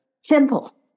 simple